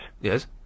Yes